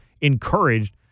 encouraged